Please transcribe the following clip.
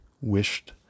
wished